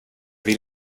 vill